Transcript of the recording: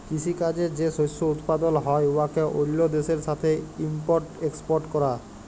কিসি কাজে যে শস্য উৎপাদল হ্যয় উয়াকে অল্য দ্যাশের সাথে ইম্পর্ট এক্সপর্ট ক্যরা